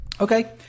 Okay